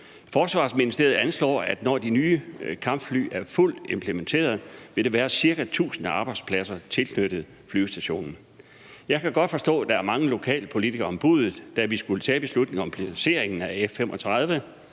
Forsvarsministeriet anslår, at når de nye kampfly er fuldt implementeret, vil der være cirka 1.000 arbejdspladser tilknyttet flyvestationen. Jeg kan godt forstå, at der var mange lokalpolitikere om buddet, da vi skulle tage beslutningen om finansieringen af